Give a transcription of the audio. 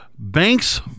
banks